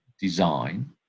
design